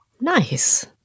Nice